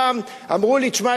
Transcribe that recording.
אני זוכר שפעם אמרו לי: תשמע,